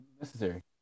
necessary